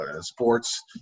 sports